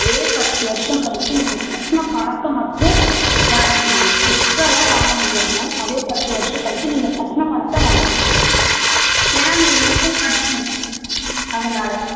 அதே பத்து வருஷம் கழிச்சி நீங்கள் கட்டின பணத்தை மட்டும் வாங்கிக்க முடியும் எக்ஸ்ட்ரா எல்லாம் வாங்க முடியாது மேம் அதே பத்து வருஷம் கழிச்சி நீங்கள் கட்டின பணத்தை வாங்கிக்கலாம் ஏன்னா நீங்க முழுசா கட்டல அதனால்